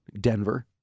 Denver